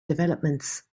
developments